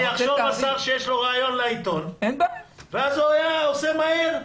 שיחשוב השר שיש לו ראיון לעיתון ואז הוא יעשה מהר.